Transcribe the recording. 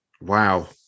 wow